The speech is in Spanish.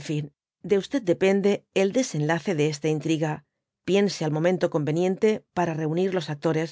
n fin de depende el desenlace de esta intriga piense el momento conveniente para reunir los actores